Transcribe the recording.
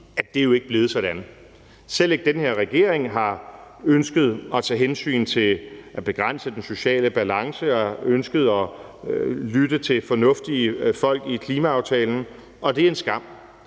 at det ikke er blevet sådan. Selv ikke den her regering har ønsket at tage hensyn til det at begrænse det i forhold til den sociale balance og ønsket at lytte til fornuftige folk i klimaaftalen, og det er en skam.